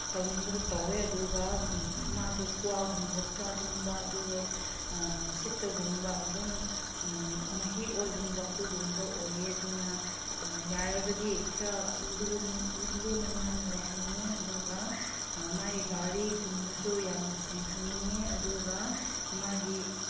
ꯇꯧꯅꯤꯡꯕꯗ ꯇꯧꯋꯦ ꯑꯗꯨꯒ ꯃꯥꯗꯣ ꯀ꯭ꯋꯥꯒꯨꯝꯕ ꯆꯥꯁꯤꯟꯕ ꯑꯗꯨꯒ ꯁꯤꯠꯇꯒꯨꯝꯕ ꯑꯗꯨꯝ ꯃꯍꯤ ꯑꯣꯁꯤꯟꯕ ꯑꯗꯨꯒꯨꯝꯕ ꯑꯣꯏꯌꯦ ꯑꯗꯨꯅ ꯌꯥꯔꯒꯗꯤ ꯈꯔ ꯂꯨꯅ ꯅꯥꯟꯅ ꯂꯩꯍꯟꯅꯤꯡꯉꯤ ꯑꯗꯨꯒ ꯃꯥꯏ ꯒꯥꯔꯤꯒꯨꯝꯕꯁꯨ ꯌꯥꯝꯅ ꯁꯦꯡꯍꯟꯅꯤꯡꯉꯤ ꯑꯗꯨꯒ ꯃꯥꯒꯤ